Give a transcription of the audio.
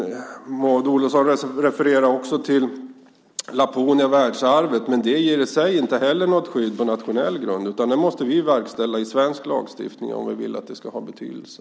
Maud Olofsson refererar också till världsarvet Laponia. Det ger i sig inte heller något skydd på nationell grund. Det måste vi verkställa i svensk lagstiftning om vi vill att det ska ha betydelse.